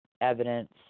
evidence